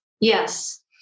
Yes